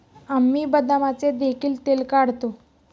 आम्ही बदामाचे देखील तेल काढतो